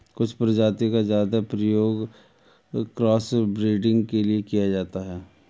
कुछ प्रजाति का ज्यादा प्रयोग क्रॉस ब्रीडिंग के लिए किया जाता है